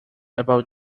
about